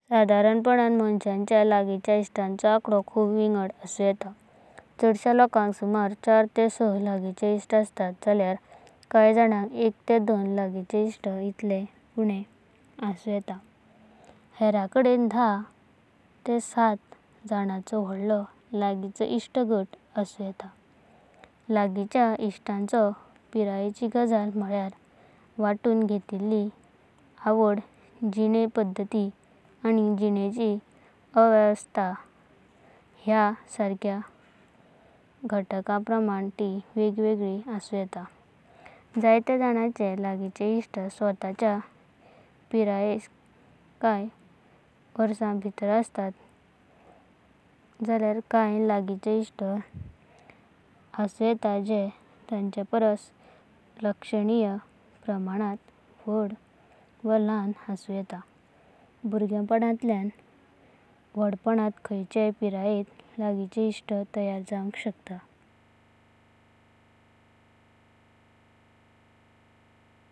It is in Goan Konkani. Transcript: सदरणपणाना मनशाच्या लगिनच्या इष्टांचो अंकडो खूप विंगड असुन येता। चडाश लोकांक सुमार चार ते छे लगिनचे इष्ट असतात। कन्या जनांक एक दोन लगिनचे इष्ट इटले उणे असु येतात। हेरण कडेन सात ने दास जनांचो वढालो लगिनचो इष्ट गट असुन येता। लगिनच्या इष्टांचो पिरायेंची गजल म्हणल्यारा, वांतुणा घेतिली अवडा। जिने पद्धति आनी जिनेची अवस्था ह्या सरक्या घटकां प्रमान ति वेगवेगळी असुन येता। जायत्या जनांचे लगिनचे इष्ट स्वताच्या पिरायेंच्या कन्या वर्सां भीतर असतात। कन्या जनांक लगिनचे इष्ट असुन येतात जे तांचे परसा लक्षणीय प्रमानांत वाढा वा ल्हाणा असुन येता। भुर्गेपणंतल्याना वढापणांत खाद्याचेया पिरायेंत लगिनची इष्टगट तयार जांवाक शकता।